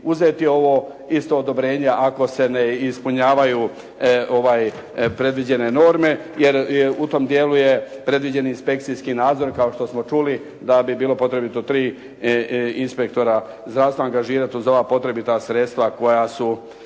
uzeti ovo isto odobrenje ako se ne ispunjavaju predviđene norme jer je u tom dijelu predviđen inspekcijski nadzor kao što smo čuli da bi bilo potrebito tri inspektora zdravstva angažirati uz ova potrebita sredstva koja su